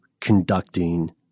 conducting